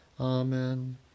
Amen